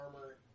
armor